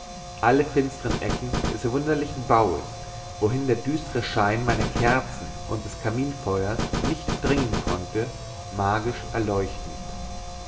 alle finstre ecken des wunderlichen baues wohin der düstere schein meiner kerzen und des kaminfeuers nicht dringen konnte magisch erleuchtend